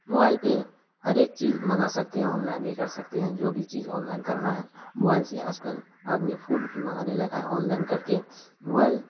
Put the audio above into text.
mobile پہ ہر ایک چیز منگوا سکتے ہیں آن لائن یہ کر سکتے ہیں جو بھی چیز آن لائن کرنا ہے موائل سے آج کل آدمی فوڈ بھی منگانے لگا ہے آن لائن کر کے موائل